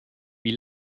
wie